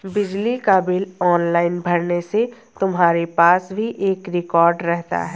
बिजली का bill online भरने से तुम्हारे पास भी एक रिकॉर्ड रहता है